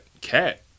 cat